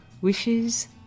wishes